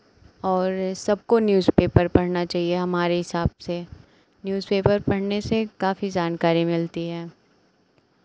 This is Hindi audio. और सबको न्यूज़पेपर पढ़ना चहिए हमारे हिसाब से न्यूज़पेपर पढ़ने से काफ़ी जानकारी मिलती है